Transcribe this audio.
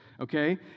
Okay